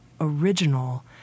original